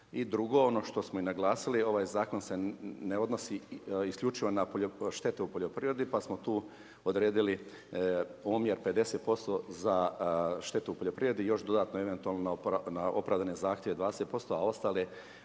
drugo, ono što smo i naglasili, ovaj zakon se ne odnosi, isključivo na štetu u poljoprivredi, pa samo tu odredili omjer 50% za štetu u poljoprivredi i još dodatno eventualno na opravdane zahtjeve 20% a ostatak